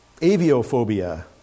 aviophobia